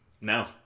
No